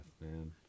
man